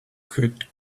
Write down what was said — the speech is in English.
could